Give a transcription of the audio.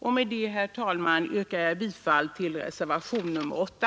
Med detta yrkar jag, herr talman, bifall till reservationen 8.